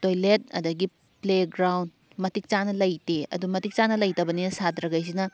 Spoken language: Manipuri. ꯇꯣꯏꯂꯦꯠ ꯑꯗꯒꯤ ꯄ꯭ꯂꯦ ꯒ꯭ꯔꯥꯎꯟ ꯃꯇꯤꯛ ꯆꯥꯅ ꯂꯩꯇꯦ ꯑꯗꯨ ꯃꯇꯤꯛ ꯆꯥꯅ ꯂꯩꯇꯕꯅꯤꯅ ꯁꯥꯇ꯭ꯔꯈꯩꯁꯤꯅ